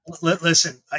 Listen